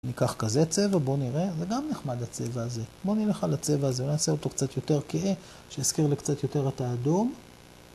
ניקח כזה צבע, בוא נראה, זה גם נחמד הצבע הזה. בוא נלך על הצבע הזה, נעשה אותו קצת יותר כהה, שיזכיר לי קצת יותר את האדום.